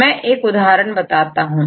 मैं एक उदाहरण बताता हूं